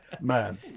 Man